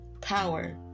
Power